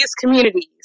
communities